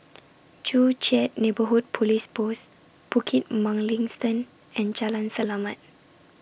Joo Chiat Neighbourhood Police Post Bukit Mugliston and Jalan Selamat